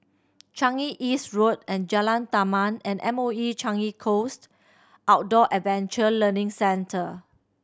Changi East Road and Jalan Taman and M O E Changi Coast Outdoor Adventure Learning Centre